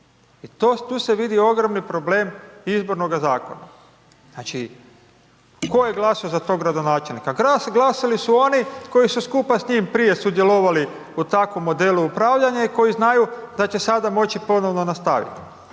Tu se vidi ogroman problem izbornoga zakona. Znači, tko je glasao za tog gradonačelnika? Glasali su oni, koji su skupa s njim prije sudjelovali u takvom modelu upravljanja i koji znaju da će sada može ponovno nastaviti